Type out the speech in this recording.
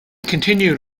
continued